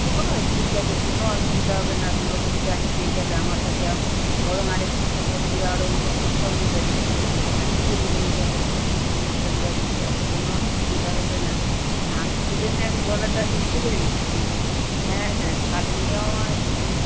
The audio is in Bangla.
ও ঠিক আছে কোনো অসুবিধা হবে না দু রকম চালই পেয়ে যাবে আমার কাছে বরং আর একটা কথা বলি আর অন্য কোথাও নেবে না এখান থেকেই নিয়ে যাবে অনুষ্ঠান বাড়ির চাল কোনো অসুবিধা হবে না আমি ওই জন্যই আমি গলাটা বুঝতে পেরে গেছি হ্যাঁ হ্যাঁ কালুনিয়াও